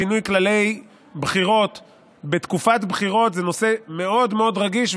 שינוי כללי בחירות בתקופת בחירות זה נושא מאוד מאוד רגיש,